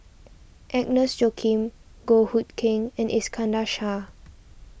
Agnes Joaquim Goh Hood Keng and Iskandar Shah